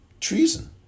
treason